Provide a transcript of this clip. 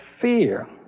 fear